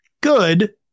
good